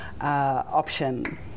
option